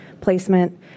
placement